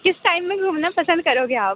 किस टाइम में घूमना पसंद करोगे आप